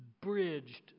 bridged